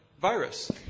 virus